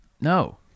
no